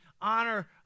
honor